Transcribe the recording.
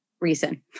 reason